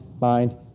mind